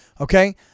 okay